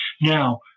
Now